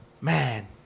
man